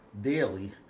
daily